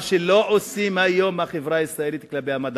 מה שהחברה הישראלית לא עושה היום כלפי המדענים,